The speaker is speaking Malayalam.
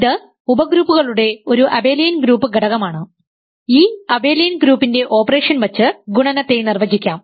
ഇത് ഉപഗ്രൂപ്പുകളുടെ ഒരു അബെലിയൻ ഗ്രൂപ്പ് ഘടകമാണ് ഈ അബെലിയൻ ഗ്രൂപ്പിൻറെ ഓപ്പറേഷൻ വച്ച് ഗുണനത്തെ നിർവചിക്കാം